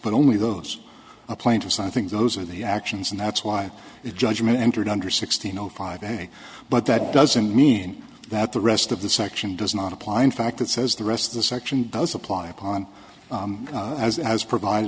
but only those plaintiffs i think those are the actions and that's why it judgement entered under sixteen zero five a but that doesn't mean that the rest of the section does not apply in fact it says the rest of the section does apply upon as as provide